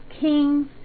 kings